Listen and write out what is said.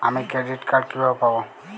আমি credit card কিভাবে পাবো?